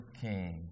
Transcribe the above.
king